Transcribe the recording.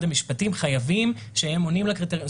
המשפטים חייבים שהם עונים לקריטריונים.